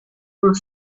vingt